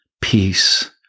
Peace